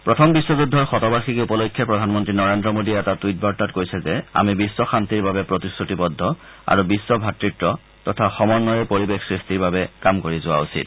প্ৰথম বিশ্বযুদ্ধৰ শতবাৰ্ষিকী উপলক্ষে প্ৰধানমন্ত্ৰী নৰেন্দ্ৰ মোডীয়ে এটা টুইটবাৰ্তাত কৈছে যে আমি বিয় শান্তিৰ বাবে প্ৰতিশ্ৰুতিবদ্ধ আৰু বিয় ভাতত্ত তথা সমন্বয়ৰ পৰিৱেশ সৃষ্টিৰ বাবে কাম কৰি যোৱা উচিত